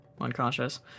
unconscious